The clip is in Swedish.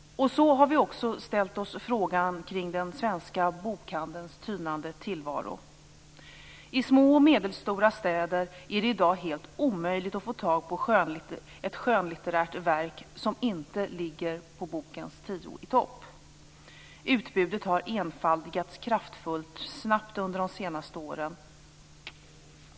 Så har vi också ställt oss frågan kring den svenska bokhandelns tynande tillvaro. I små och medelstora städer är det i dag helt omöjligt att få tag på ett skönlitterärt verk som inte ligger på bokens tio-i-topp-lista. Utbudet har enfaldigats kraftigt och snabbt under de senaste tio åren.